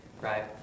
right